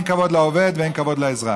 אין כבוד לעובד ואין כבוד לאזרח.